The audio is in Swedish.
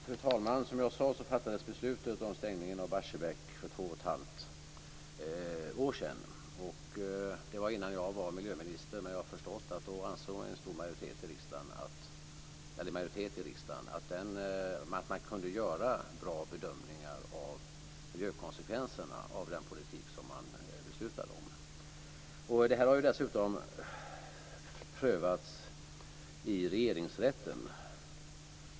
Fru talman! Som jag sade fattades beslutet om stängning av Barsebäck för två och ett halvt år sedan. Det var innan jag var miljöminister, men jag har förstått att en majoritet i riksdagen då ansåg att man kunde göra bra bedömningar av miljökonsekvenserna av den politik som man beslutade om. Den här frågan har ju dessutom prövats i Regeringsrätten.